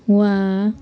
वाह